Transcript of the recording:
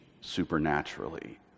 supernaturally